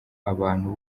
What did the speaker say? abantu